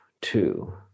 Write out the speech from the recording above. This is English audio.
Two